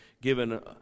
given